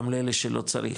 גם לאלה שלא צריך,